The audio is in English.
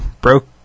broke